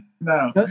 no